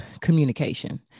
communication